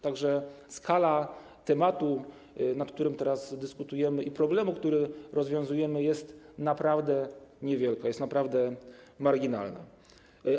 Tak że skala tematu, nad którym teraz dyskutujemy, i problemu, który rozwiązujemy, jest naprawdę niewielka, jest naprawdę marginalna.